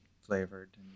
flavored